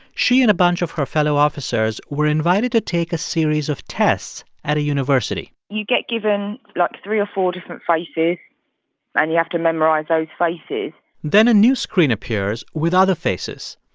she and a bunch of her fellow officers were invited to take a series of tests at a university you get given, like, three or four different faces and you have to memorize those faces then a new screen appears with other faces.